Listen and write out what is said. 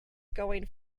going